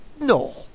No